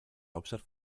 hauptstadt